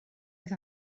oedd